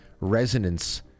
resonance